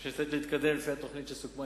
אני חושב שצריך להתקדם לפי התוכנית שסוכמה